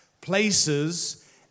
places